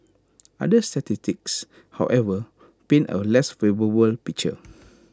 other statistics however paint A less favourable picture